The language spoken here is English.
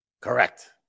Correct